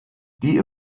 die